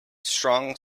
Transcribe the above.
strong